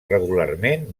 regularment